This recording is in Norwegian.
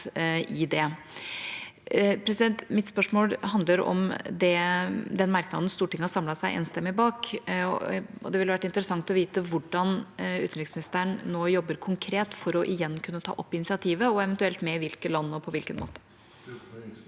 Mitt spørsmål handler om den merknaden Stortinget har samlet seg enstemmig bak. Det ville vært interessant å vite hvordan utenriksministeren nå jobber konkret for igjen å kunne ta opp initiativet, eventuelt med hvilke land og på hvilken måte.